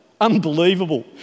Unbelievable